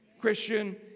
Christian